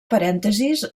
parèntesis